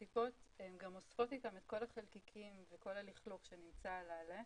והן גם אוספות איתן את כל החלקיקים ואת כל הלכלוך שנמצא על העלה,